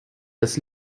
das